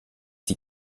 die